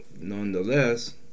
nonetheless